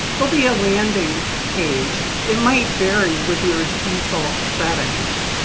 there'll be a landing page. it might vary with your default settings.